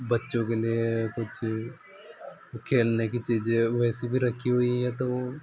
बच्चों के लिए कुछ वो खेलने की चीजे वैसे भी रखी हुई हैं तो